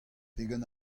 pegen